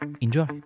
Enjoy